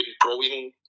growing